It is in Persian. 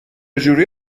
جوری